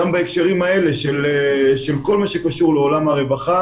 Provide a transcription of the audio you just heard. גם בהקשרים האלה של כל מה שקשור לעולם הרווחה